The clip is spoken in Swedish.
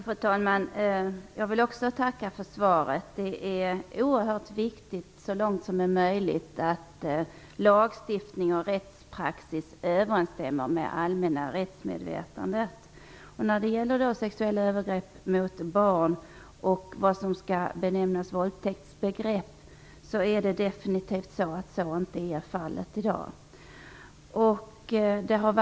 Fru talman! Jag vill också tacka för svaret. Det är oerhört viktigt att lagstiftning och rättspraxis så långt det är möjligt överensstämmer med allmänna rättsmedvetandet. Så är definitivt inte fallet i dag när det gäller sexuella övergrepp mot barn och våldtäktsbegreppet. Flera upprörande fall har rapporterats.